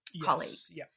colleagues